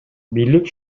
бийлик